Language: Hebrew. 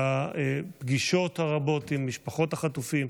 בפגישות הרבות עם משפחות החטופים,